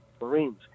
Marines